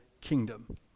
kingdom